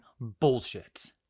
bullshit